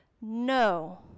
No